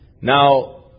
Now